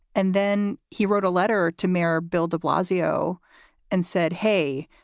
and then he wrote a letter to mayor bill de blasio and said, hey,